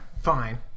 Fine